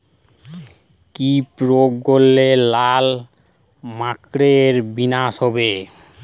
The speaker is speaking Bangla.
কি প্রয়োগ করলে লাল মাকড়ের বিনাশ হবে?